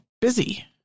busy